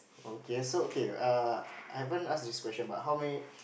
okay so okay uh I haven't ask this question but how many